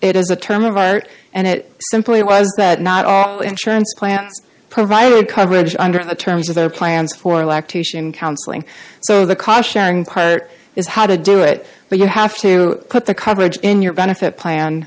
it is a term of art and it simply was that not all insurance plans provided coverage under the terms of their plans for lactation counseling so the car sharing part is how to do it but you have to put the coverage in your benefit plan